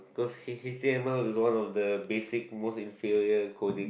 cause H h_t_m_l is one of the basic most inferior coding